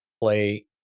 play